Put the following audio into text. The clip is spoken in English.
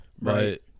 right